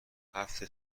هفت